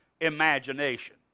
imagination